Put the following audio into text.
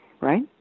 right